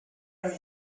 new